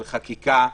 של חקיקה,